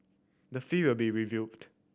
the fee will be reviewed